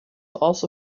also